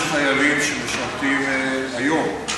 יש חיילים שמשרתים היום,